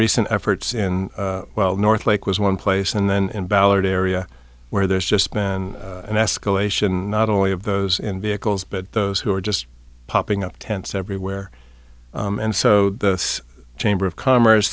recent efforts in well north lake was one place and then in ballard area where there's just been an escalation not only of those in vehicles but those who are just popping up tents everywhere and so the chamber of commerce